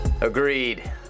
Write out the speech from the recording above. Agreed